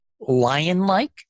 lion-like